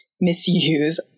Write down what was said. misuse